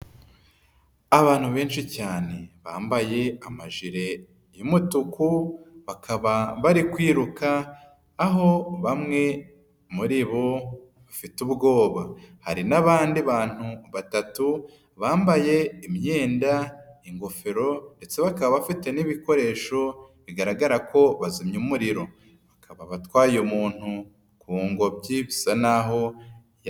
Abantu benshi cyane, bambaye amajire y'umutuku, bakaba bari kwiruka aho bamwe muri bo bafite ubwoba. Hari n'abandi bantu batatu bambaye imyenda, ingofero, ndetse bakaba bafite n'ibikoresho bigaragara ko bazimya umuriro. Bakaba batwaye umuntu ku ngobyi bi isa naho...